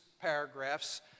paragraphs